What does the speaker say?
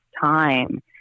time